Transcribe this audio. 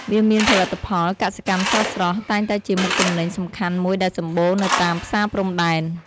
វាមានផលិតផល កសិកម្មស្រស់ៗ តែងតែជាមុខទំនិញសំខាន់មួយដែលសម្បូរនៅតាមផ្សារព្រំដែន។